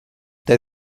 der